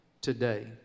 today